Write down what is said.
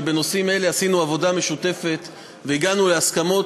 שבנושאים אלה עשינו עבודה משותפת והגענו להסכמות,